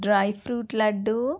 dry fruit laddu